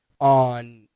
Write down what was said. on